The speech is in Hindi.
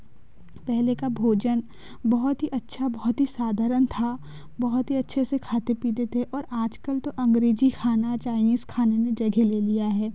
पहले का भोजन बहुत ही अच्छा बहुत ही साधारण था बहुत ही अच्छे से खाते पीते थे और आज कल तो अंगरेजी खाना चाईनीज खाना ने जगह ले लिया है